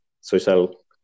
social